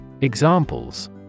Examples